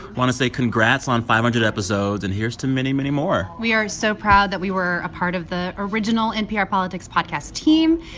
want to say congrats on five hundred episodes. and here's to many, many more we are so proud that we were a part of the original npr politics podcast team.